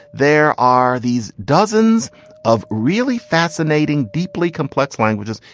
there are these dozens of really fascinating, deeply complex languages.